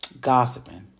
gossiping